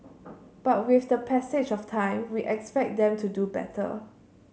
but with the passage of time we expect them to do better